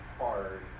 hard